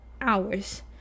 hours